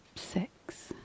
six